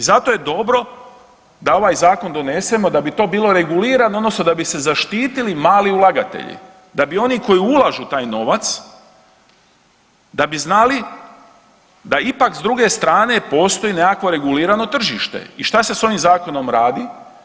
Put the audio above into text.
I zato je dobro da ovaj Zakon donesemo da bi to bilo regulirano odnosno da bi se zaštitili mali ulagatelji, da bi oni ikoji ulažu taj novac, da bi znali da ipak s druge strane postoji nekakvo regulirano tržište i šta se s ovim Zakonom radi?